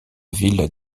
ville